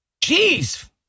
Jeez